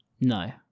No